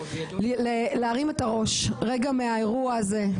להרים את הראש רגע מהאירוע הזה.